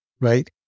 right